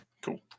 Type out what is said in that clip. Cool